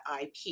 IP